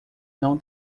não